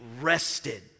rested